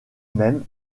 même